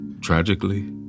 Tragically